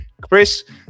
Chris